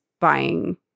buying